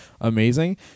amazing